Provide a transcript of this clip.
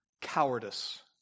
cowardice